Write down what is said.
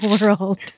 world